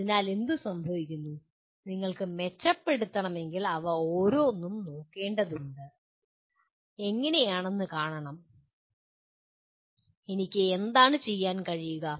അതിനാൽ എന്ത് സംഭവിക്കുന്നു നിങ്ങൾക്ക് മെച്ചപ്പെടുത്തണമെങ്കിൽ അവ ഓരോന്നും നോക്കേണ്ടതുണ്ട് എങ്ങനെയെന്ന് കാണണം എനിക്ക് എന്താണ് ചെയ്യാൻ കഴിയുക